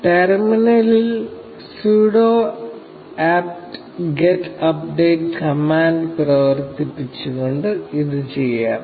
ടെർമിനലിൽ sudo apt get update command പ്രവർത്തിപ്പിച്ചുകൊണ്ട് ഇത് ചെയ്യാം